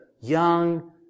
young